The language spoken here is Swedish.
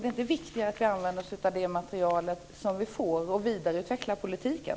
Det är väl viktigare att vi använder det material som vi får och vidareutvecklar politiken.